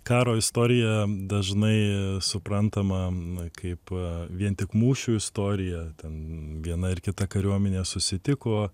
karo istorija dažnai suprantama na kaip vien tik mūšių istorija ten viena ir kita kariuomenė susitiko